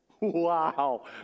Wow